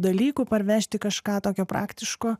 dalykų parvežti kažką tokio praktiško